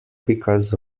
because